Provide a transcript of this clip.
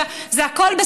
זה הכול.